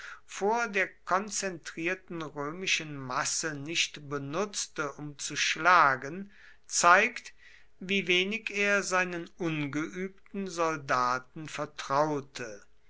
vor der konzentrierten römischen masse nicht benutzte um zu schlagen zeigt wie wenig er seinen ungeübten soldaten vertraute